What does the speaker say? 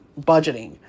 budgeting